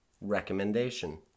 Recommendation